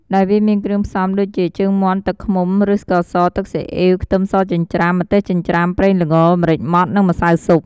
ដែលវាមានគ្រឿងផ្សំដូចជា ជើងមាន់ ទឹកឃ្មុំឬស្ករស ទឹកស៊ីអ៉ីវ ខ្ទឹមសចិញ្រ្ចាំ ម្ទេសចិញ្រ្ជាំ ប្រេងល្ង ម្រេចម៉ដ្ឋ និងម្សៅស៊ុប ។